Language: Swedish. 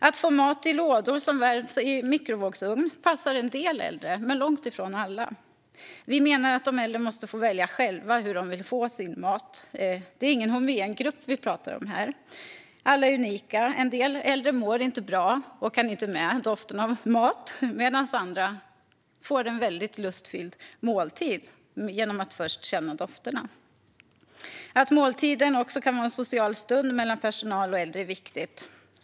Att få mat i lådor som värms i mikrovågsugn passar en del äldre men långt ifrån alla. Vi menar att de äldre måste få välja själva hur de vill få sin mat. Det är ingen homogen grupp vi talar om, utan alla är unika. En del äldre mår inte bra och kan inte med doften av mat medan andra får en lustfylld måltid av att känna doften. Att måltiden också kan vara en social stund mellan personal och äldre är viktigt.